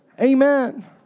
Amen